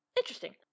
Interesting